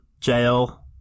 jail